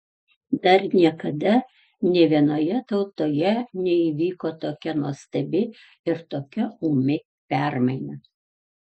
dar niekada nė vienoje tautoje neįvyko tokia nuostabi ir tokia ūmi permaina